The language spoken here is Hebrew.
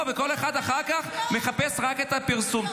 וכל אחד אחר כך מחפש רק את הפרסום,